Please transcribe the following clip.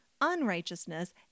unrighteousness